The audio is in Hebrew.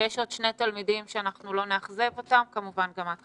ויש עוד שני תלמידים שאנחנו לא נאכזב אותם וכמובן גם את,